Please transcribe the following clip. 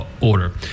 order